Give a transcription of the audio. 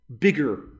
bigger